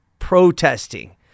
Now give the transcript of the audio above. protesting